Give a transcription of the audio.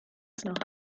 noch